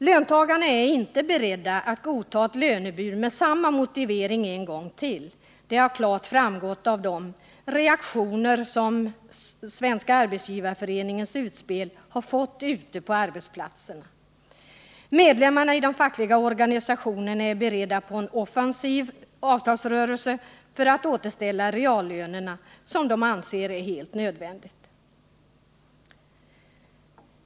Löntagarna är inte beredda att godta ett lönebud med samma motivering en gång till. Det har klart framgått av de reaktioner som Svenska arbetsgivareföreningens utspel har gett ute på arbetsplatserna. Medlemmarna i de fackliga organisationerna är beredda på en offensiv avtalsrörelse för att återställa reallönerna, vilket de anser är helt nödvändigt.